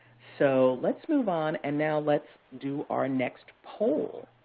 so let's move on, and now let's do our next poll.